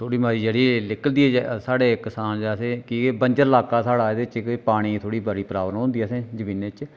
थोह्ड़ी मती जेह्ड़ी निकलदी ऐ साढ़े कसान असें क्योंकि बंजर ल्हाका ऐ साढ़ा एहदे च पानी दी थोह्ड़ी प्राबलम होंदी असेंगी जमीनै च